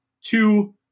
Two